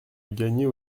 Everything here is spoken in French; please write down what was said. gagner